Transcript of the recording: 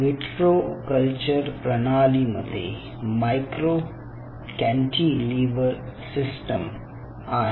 vitro culture प्रणाली मध्ये micro cantilever system आहे